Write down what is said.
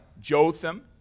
Jotham